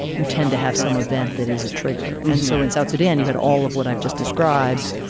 you tend to have some event that is a trigger. and so in south sudan you had all of what i've just described.